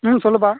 ம் சொல்லுப்பா